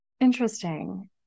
Interesting